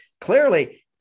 Clearly